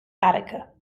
attica